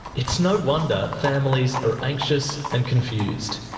it's no wonder families are anxious and confused.